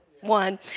one